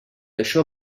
això